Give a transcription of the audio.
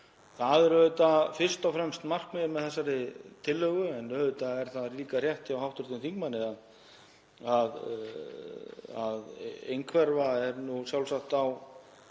Það er auðvitað fyrst og fremst markmiðið með þessari tillögu. En auðvitað er það líka rétt hjá hv. þingmanni að einhverfa er sjálfsagt